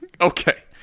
Okay